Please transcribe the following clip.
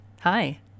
Hi